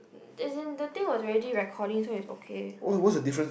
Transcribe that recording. as in the thing was already recording so is okay